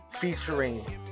Featuring